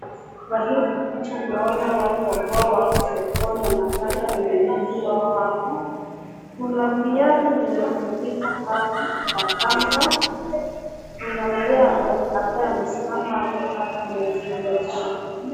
Kwa hili picha naona watu ambao wako sokoni wanafanya ununuzi wao hapo, kuna viatu vimetundika hapa kwa kamba, kuna mzee ambaye amesimama hapo kando amejishikilia.